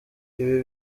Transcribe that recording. ibi